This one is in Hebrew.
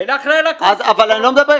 אבל הנה האחראי על הקורסים --- אבל זה לא אצלו,